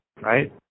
right